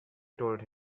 told